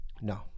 No